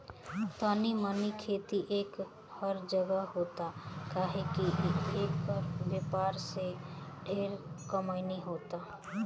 तनी मनी खेती एकर हर जगह होता काहे की एकर व्यापार से ढेरे कमाई होता